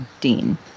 Dean